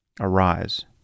arise